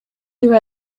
there